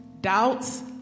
doubts